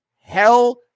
hell